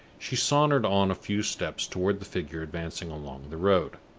she sauntered on a few steps toward the figure advancing along the road.